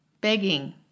begging